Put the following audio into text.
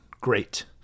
Great